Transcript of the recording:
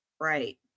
Right